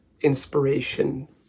inspiration